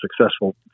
successful